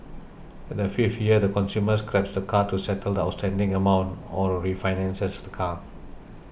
at the fifth year the consumer scraps the car to settle the outstanding amount or refinances the car